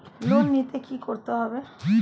Loan নিতে কী করতে হবে?